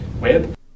web